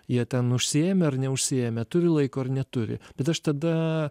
jie ten užsiėmę ar neužsiėmę turi laiko ar neturi bet aš tada